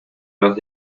los